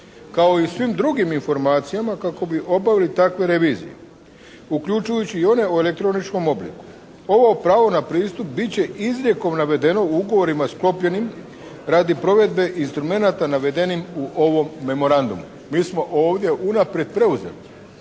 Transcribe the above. kao i svim drugim informacijama kako bi obavili takve revizije uključujući i one u elektroničkom obliku. Ovo pravo na pristup bit će izrijekom navedeno u ugovorima sklopljenim radi provedbe instrumenata navedenim u ovom memorandumu. Mi smo ovdje unaprijed preuzeli